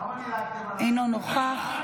אינו נוכח.